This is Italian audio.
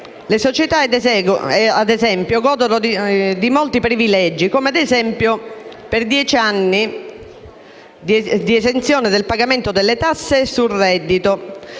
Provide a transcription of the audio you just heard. le società. Le società godono di molti privilegi, come ad esempio: dieci anni di esenzione dal pagamento delle tasse sul reddito,